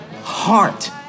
heart